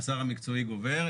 שהשר המקצועי גובר,